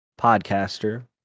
podcaster